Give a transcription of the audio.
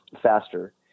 faster